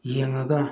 ꯌꯦꯡꯉꯒ